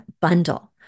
bundle